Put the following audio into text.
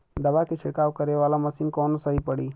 दवा के छिड़काव करे वाला मशीन कवन सही पड़ी?